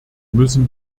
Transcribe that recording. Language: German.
müssen